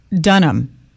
Dunham